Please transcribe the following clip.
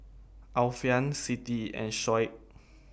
Alfian Siti and Shoaib